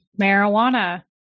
Marijuana